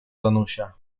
danusia